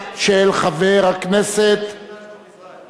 הנושא שייך לשר החינוך הרבה יותר מאשר לשר הביטחון,